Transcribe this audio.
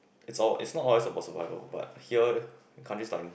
is all is not always about survival but here leh country like